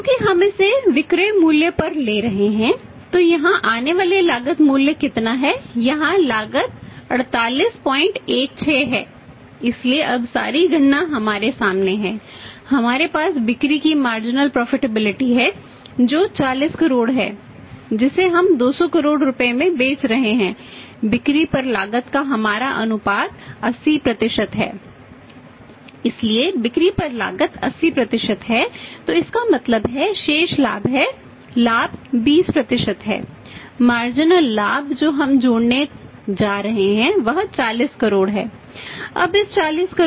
क्योंकि हम इसे विक्रय मूल्य पर ले रहे हैं तो यहाँ आने वाला लागत मूल्य कितना है यहां लागत 4816 है इसलिए अब सारी गणना हमारे सामने है हमारे पास बिक्री की मार्जिनल प्रॉफिटेबिलिटी